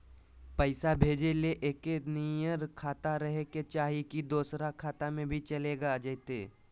पैसा भेजे ले एके नियर खाता रहे के चाही की दोसर खाता में भी चलेगा जयते?